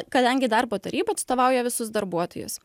kadangi darbo taryba atstovauja visus darbuotojus